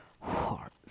heart